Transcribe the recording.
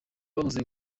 babuze